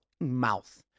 mouth